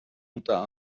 unter